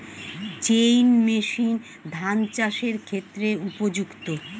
Chain machine ধান চাষের ক্ষেত্রে উপযুক্ত?